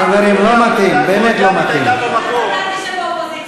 חיליק, גם אתה תשב באופוזיציה.